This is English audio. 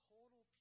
Total